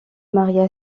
maria